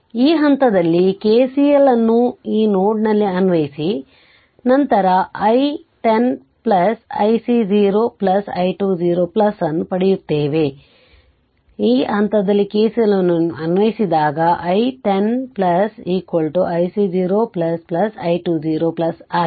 ಈ ಹಂತದಲ್ಲಿ KCL ಅನ್ನು ಈ ನೋಡ್ನಲ್ಲಿ ಅನ್ವಯಿಸಿ ನಂತರ i 1 0 ic 0 i2 0 ಅನ್ನು ಪಡೆಯುತ್ತೇವೆ ಆದ್ದರಿಂದ ಈ ಹಂತದಲ್ಲಿ KCL ಅನ್ನು ಅನ್ವಯಿಸಿದಾಗ i 1 0 ic 0 i2 0 ಆಗಿದೆ